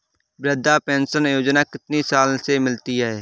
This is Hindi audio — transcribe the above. वृद्धा पेंशन योजना कितनी साल से मिलती है?